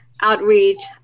outreach